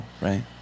right